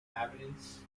inhabitants